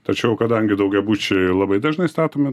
tačiau kadangi daugiabučiai labai dažnai statomi